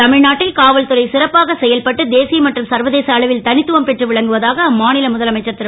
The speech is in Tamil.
தமி நாட்டில் காவல்துறை சிறப்பாக செயல்பட்டு தேசிய மற்றும் சர்வதேச அளவில் த த்துவம் பெற்று விளங்குவதாக அம்மா ல முதலமைச்சர் ரு